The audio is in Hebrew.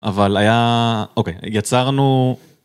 אבל היה... אוקיי, יצרנו...